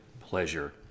pleasure